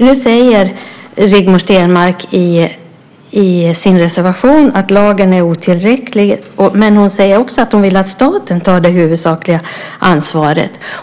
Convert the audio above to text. Nu säger Rigmor Stenmark i sin reservation att lagen är otillräcklig, men hon säger också att hon vill att staten tar det huvudsakliga ansvaret.